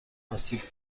آسیب